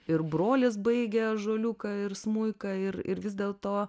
ir brolis baigė ąžuoliuką ir smuiką ir ir vis dėlto